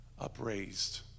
upraised